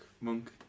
Monk